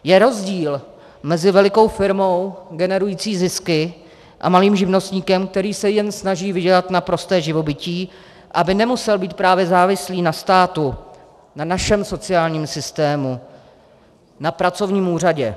Je rozdíl mezi velikou firmou generující zisky a malým živnostníkem, který se jen snaží vydělat na prosté živobytí, aby nemusel být právě závislý na státu, na našem sociálním systému, na pracovním úřadu.